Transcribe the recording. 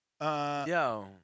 Yo